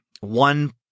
one